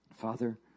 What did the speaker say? Father